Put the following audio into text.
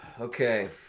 Okay